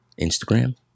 Instagram